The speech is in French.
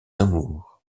amours